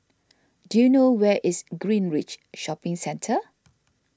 do you know where is Greenridge Shopping Centre